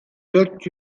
dört